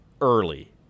early